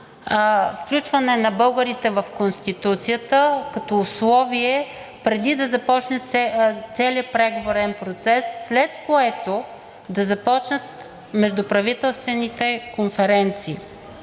включване на българите в Конституцията като условие, преди да започне целият преговорен процес, след което да започнат междуправителствените конференции.